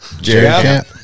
Jerry